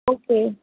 okay